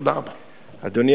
תודה רבה.